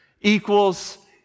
equals